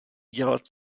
dělat